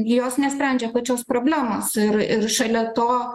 jos nesprendžia pačios problemos ir ir šalia to